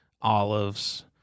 olives